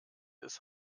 ist